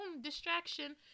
distraction